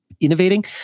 innovating